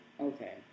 Okay